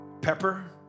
pepper